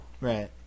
right